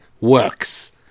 works